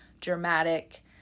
dramatic